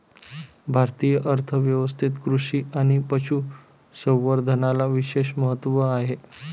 भारतीय अर्थ व्यवस्थेत कृषी आणि पशु संवर्धनाला विशेष महत्त्व आहे